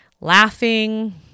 Laughing